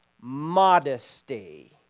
Modesty